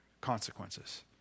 consequences